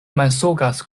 mensogas